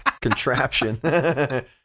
contraption